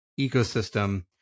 ecosystem